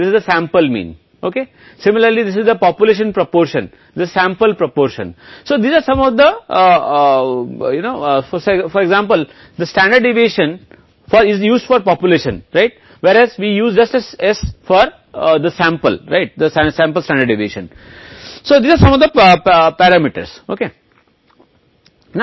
तो यह जनसंख्या अनुपात है यह नमूना अनुपात है उदाहरण के लिए जानते हैं कि मानक विचलन का उपयोग आबादी के लिए किया जाता है जहां जनसंख्या उपयोग किया जाता है जबकि हम इस एस का उपयोग नमूना अधिकार के लिए करते हैं ये पैरामीटर के योग हैं